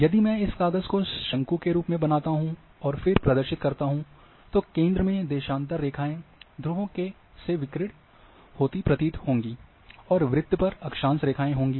यदि मैं इस काग़ज़ को शंकु के रूप में बनाता हूं और फिर प्रदर्शित करता हूं तो केंद्र में देशांतर रेखाएँ ध्रुवों से विकिरण होती प्रतीत होंगी और वृत्त पर अक्षांश रेखाएँ होंगी